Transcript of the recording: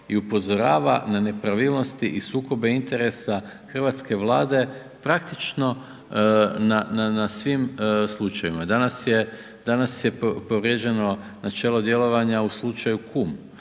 i upozorava na nepravilnosti i sukobe interesa hrvatske vlade praktično na svim slučajevima. Danas je, danas je povrijeđeno načelo djelovanja u slučaju kum,